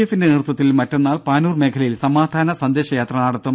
എഫിന്റെ നേതൃത്വത്തിൽ മറ്റന്നാൾ പാനൂർ മേഖലയിൽ സമാധാന സന്ദേശയാത്ര നടത്തും